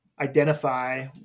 identify